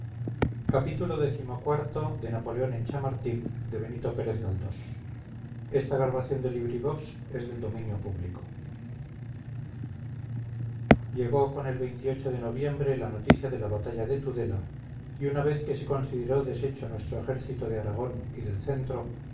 xxvii xxviii xxix napoleón en chamartín de benito pérez galdós llegó con el de noviembre la noticia de la batalla de tudela y una vez que se consideró deshecho nuestro ejército de aragón y del centro